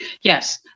Yes